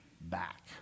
back